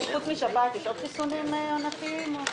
יש חוץ משפעת עוד חיסונים עונתיים?